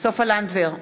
סופה לנדבר,